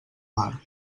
mar